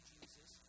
Jesus